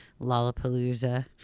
Lollapalooza